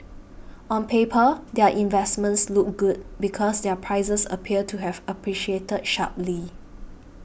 on paper their investments look good because their prices appeared to have appreciated sharply